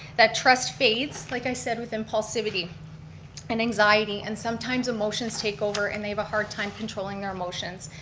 that trust fades, like i said with impulsivity and anxiety. and sometimes emotions take over, and they have a hard time controlling their emotions.